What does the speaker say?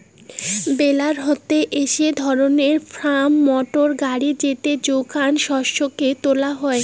বেলার হসে এক ধরণের ফার্ম মোটর গাড়ি যেতে যোগান শস্যকে তোলা হই